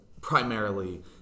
primarily